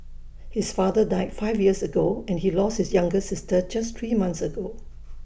his father died five years ago and he lost his younger sister just three months ago